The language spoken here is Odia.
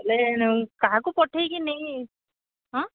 ହେଲେ କାହାକୁ ପଠେଇକି ନେଇ